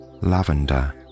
lavender